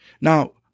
Now